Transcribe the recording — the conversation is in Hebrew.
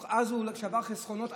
אז הוא שבר חסכונות,